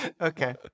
Okay